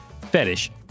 fetish